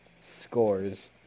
scores